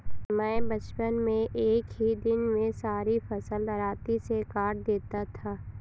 मैं बचपन में एक ही दिन में सारी फसल दरांती से काट देता था